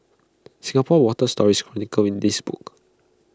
Singapore's water story is chronicled in this book